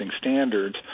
standards